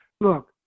Look